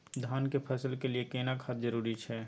धान के फसल के लिये केना खाद जरूरी छै?